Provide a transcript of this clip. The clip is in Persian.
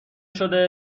شده